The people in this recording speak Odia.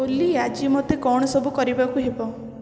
ଓଲି ଆଜି ମୋତେ କଣ ସବୁ କରିବାକୁ ହେବ